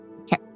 Okay